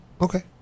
okay